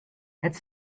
het